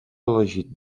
elegit